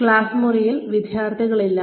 ഈ ക്ലാസ് മുറിയിൽ വിദ്യാർത്ഥികളില്ല